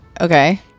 Okay